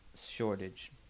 shortage